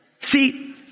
See